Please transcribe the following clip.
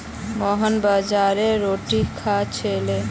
मोहन बाजरार रोटी खा छिले